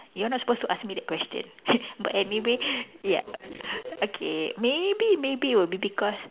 you're not supposed to ask me that question but anyway ya okay maybe maybe will be because